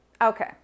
Okay